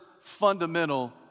fundamental